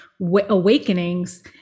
awakenings